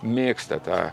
mėgsta tą